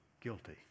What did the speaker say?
guilty